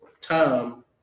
time